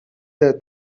there